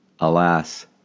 Alas